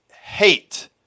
hate